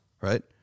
right